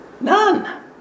None